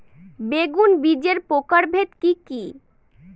বেগুন বীজের প্রকারভেদ কি কী?